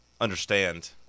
understand